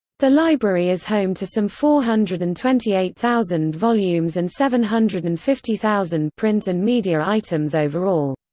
the library is home to some four hundred and twenty eight thousand volumes and seven hundred and fifty thousand print and media items overall.